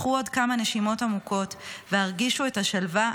קחו עוד כמה נשימות עמוקות והרגישו את השלווה,